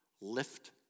lift